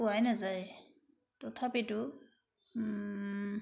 পোৱাই নাযায় তথাপিতো